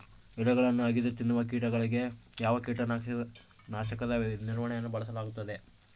ಎಲೆಗಳನ್ನು ಅಗಿದು ತಿನ್ನುವ ಕೇಟಗಳಿಗೆ ಯಾವ ಕೇಟನಾಶಕದ ನಿರ್ವಹಣೆಯನ್ನು ಬಳಸಲಾಗುತ್ತದೆ?